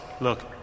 Look